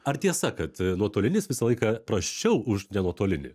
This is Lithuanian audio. ar tiesa kad nuotolinis visą laiką prasčiau už ne nuotolinį